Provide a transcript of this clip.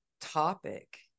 topic